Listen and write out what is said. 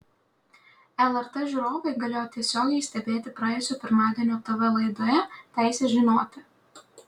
lrt žiūrovai galėjo tiesiogiai stebėti praėjusio pirmadienio tv laidoje teisė žinoti